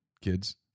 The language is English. kids